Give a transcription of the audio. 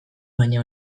baina